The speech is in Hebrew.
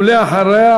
ואחריה,